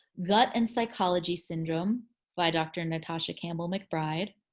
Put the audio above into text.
gut and psychology syndrome by dr. natasha campbell-mcbride,